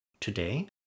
Today